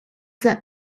that